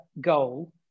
goal